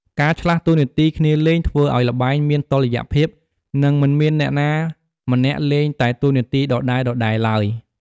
ការឆ្លាស់តួនាទីគ្នាលេង ធ្វើឱ្យល្បែងមានតុល្យភាព និងមិនមានអ្នកណាម្នាក់លេងតែតួនាទីដដែលៗទ្បើយ។